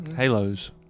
Halos